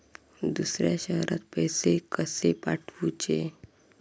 दुसऱ्या शहरात पैसे कसे पाठवूचे?